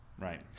Right